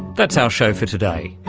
that's our show for today.